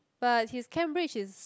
but his Cambridge is